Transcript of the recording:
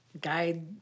guide